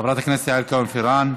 חברת הכנסת יעל כהן-פארן,